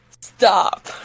Stop